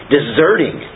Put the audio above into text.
Deserting